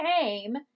came